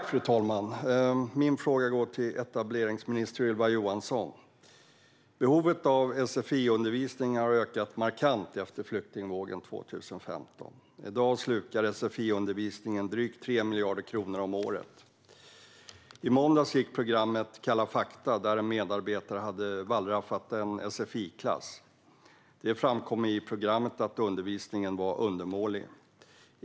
Fru talman! Min fråga går till etableringsminister Ylva Johansson. Behovet av sfi-undervisning har ökat markant efter flyktingvågen 2015. I dag slukar sfi-undervisningen drygt 3 miljarder kronor om året. I måndags gick programmet Kalla fakta på tv där en medarbetare hade wallraffat en sfi-klass. Det framkom i programmet att undervisningen var undermålig.